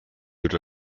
wird